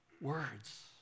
Words